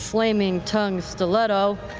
flaming tongue stiletto.